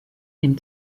dem